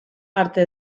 arte